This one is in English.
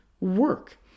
work